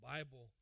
Bible